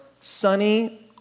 sunny